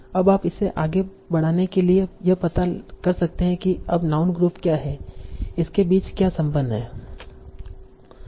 अब आप इसे आगे बढ़ाने के लिए यह पता कर सकते हैं कि अब नाउन ग्रुप क्या हैं इसके बीच क्या संबंध है